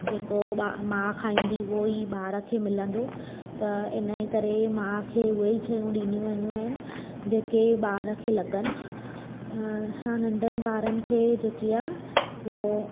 जेको ॿा माउ खाईंदी उहो ई ॿार खे मिलंदो त इनजे करे माउ खे उहे ई शयूं ॾिनी वेंदियूंं आहिनि जेके ॿार खे लॻनि अं असांं नंढनि ॿारनि खे जेके आहे उहो